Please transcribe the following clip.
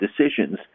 decisions